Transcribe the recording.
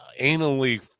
anally